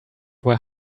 where